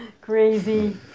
crazy